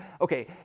okay